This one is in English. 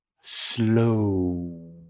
slow